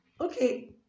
okay